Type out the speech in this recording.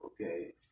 okay